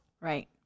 Right